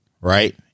Right